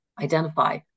identify